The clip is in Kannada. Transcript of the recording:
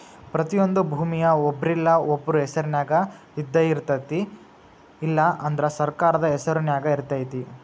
ಪ್ರತಿಯೊಂದು ಭೂಮಿಯ ಒಬ್ರಿಲ್ಲಾ ಒಬ್ರ ಹೆಸರಿನ್ಯಾಗ ಇದ್ದಯಿರ್ತೈತಿ ಇಲ್ಲಾ ಅಂದ್ರ ಸರ್ಕಾರದ ಹೆಸರು ನ್ಯಾಗ ಇರ್ತೈತಿ